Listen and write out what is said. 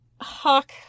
Hawk